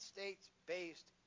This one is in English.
States-based